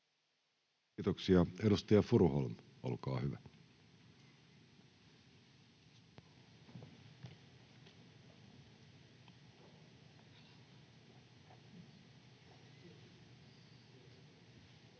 Kiitoksia. — Edustaja Furuholm, olkaa hyvä. [Speech